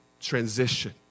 transition